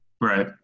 Right